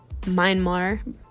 Myanmar